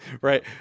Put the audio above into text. right